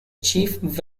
chief